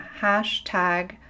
hashtag